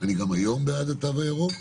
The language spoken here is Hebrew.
אני גם היום בעד התו הירוק.